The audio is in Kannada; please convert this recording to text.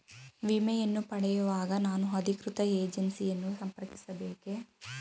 ವಿಮೆಯನ್ನು ಪಡೆಯುವಾಗ ನಾನು ಅಧಿಕೃತ ಏಜೆನ್ಸಿ ಯನ್ನು ಸಂಪರ್ಕಿಸ ಬೇಕೇ?